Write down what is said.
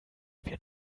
wir